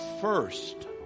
first